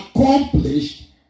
accomplished